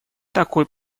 такой